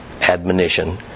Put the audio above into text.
admonition